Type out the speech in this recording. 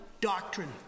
Doctrine